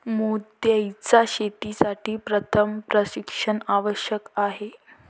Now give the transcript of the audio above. मोत्यांच्या शेतीसाठी सर्वप्रथम प्रशिक्षण आवश्यक आहे